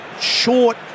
short